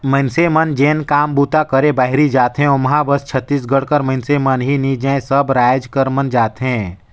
मइनसे मन जेन काम बूता करे बाहिरे जाथें ओम्हां बस छत्तीसगढ़ कर मइनसे मन ही नी जाएं सब राएज कर मन जाथें